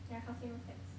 ya counselling no stats